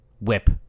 whip